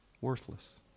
worthless